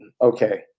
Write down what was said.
okay